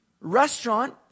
restaurant